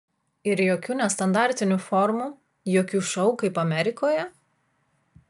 ir jokių nestandartinių formų jokių šou kaip amerikoje